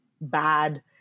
bad